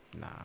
Nah